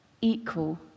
equal